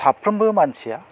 साफ्रोमबो मानसिआ